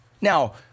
Now